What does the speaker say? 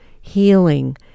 healing